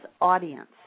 audience